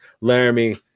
Laramie